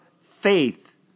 faith